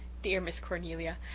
dear miss cornelia,